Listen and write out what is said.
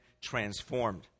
transformed